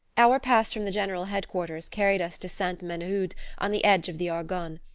our pass from the general head-quarters carried us to sainte menehould on the edge of the argonne,